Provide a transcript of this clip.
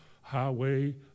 highway